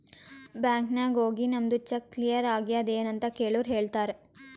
bank ನಾಗ್ ಹೋಗಿ ನಮ್ದು ಚೆಕ್ ಕ್ಲಿಯರ್ ಆಗ್ಯಾದ್ ಎನ್ ಅಂತ್ ಕೆಳುರ್ ಹೇಳ್ತಾರ್